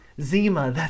Zima